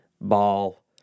ball